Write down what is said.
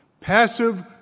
passive